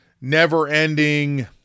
never-ending